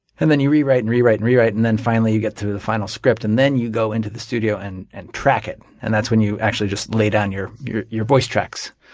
and then you rewrite and rewrite and rewrite, and then finally you get to the final script. and then you go into the studio and and track it. and that's when you actually just lay down your your voice tracks.